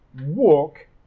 walk